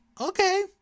okay